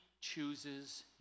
chooses